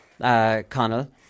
Connell